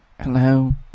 Hello